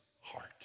heart